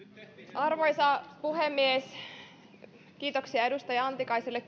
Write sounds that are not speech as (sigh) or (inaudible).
arvoisa puhemies kiitoksia edustaja antikaiselle (unintelligible)